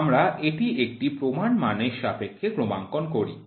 আমরা এটি একটি প্রমাণ মানের সাপেক্ষে ক্রমাঙ্কন করি